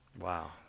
Wow